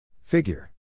Figure